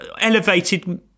elevated